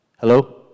Hello